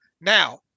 Now